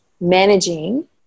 managing